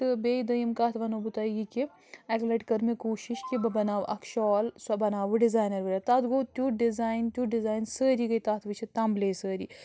تہٕ بیٚیہِ دۄیِم کَتھ وَنو بہٕ تۄہہِ یہِ کہِ اَکہِ لٹہِ کٔر مےٚ کوٗشِش کہِ بہٕ بَناو اَکھ شال سۄ بَناو بہٕ ڈِزاینَر وِیَر تَتھ گوٚو تیُتھ ڈِزاین تیُتھ ڈِزاین سٲری گٔے تَتھ وٕچِتھ تنٛبلے سٲری